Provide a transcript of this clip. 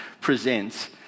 presents